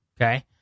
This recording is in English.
Okay